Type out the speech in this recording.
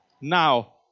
Now